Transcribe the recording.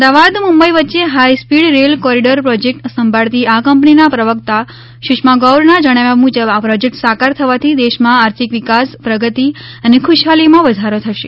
અમદાવાદ મુંબઈ વચ્ચે high speed rail corridor project સાંભળતી આ કંપનીના પ્રવક્તા સુષ્મા ગૌરના જણાવ્યા મુજબ આ પ્રોજેક્ટ સાકર થવાથી દેશમાં આર્થિક વિકાસ પ્રગતિઅને ખુશહાલીમાં વધારો થશે